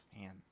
Man